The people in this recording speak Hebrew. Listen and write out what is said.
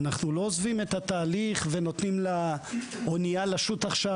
אנחנו לא עוזבים את התהליך ונותנים לאנייה לשוט עכשיו.